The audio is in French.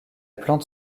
plante